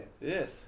Yes